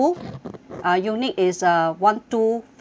uh unit is uh one two five four